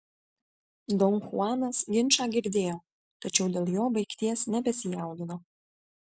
don chuanas ginčą girdėjo tačiau dėl jo baigties nebesijaudino